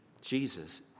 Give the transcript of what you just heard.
Jesus